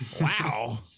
wow